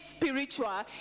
spiritual